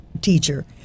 teacher